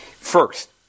first